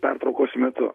pertraukos metu